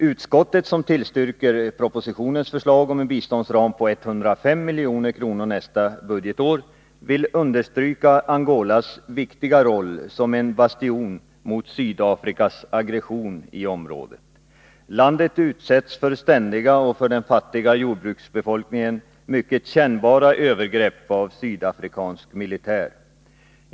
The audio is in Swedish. Utskottet som tillstyrker propositionens förslag om en biståndsram på 105 milj.kr. nästa budgetår, vill understryka Angolas viktiga roll som en bastion mot Sydafrikas aggression i området. Landet utsätts för ständiga och för den fattiga jordbruksbefolkningen mycket kännbara övergrepp av sydafrikansk militär.